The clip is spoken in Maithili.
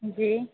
जी